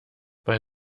bei